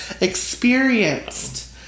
experienced